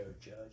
Judge